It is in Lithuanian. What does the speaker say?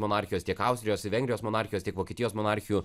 monarchijos tiek austrijos ir vengrijos monarchijos tiek vokietijos monarchijų